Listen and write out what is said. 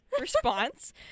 response